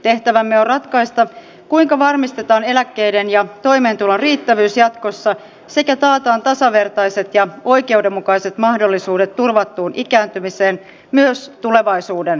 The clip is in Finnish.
tehtävämme on ratkaista kuinka varmistetaan eläkkeiden ja toimeentulon riittävyys jatkossa sekä taataan tasavertaiset ja oikeudenmukaiset mahdollisuudet turvattuun ikääntymiseen myös tulevaisuuden suomessa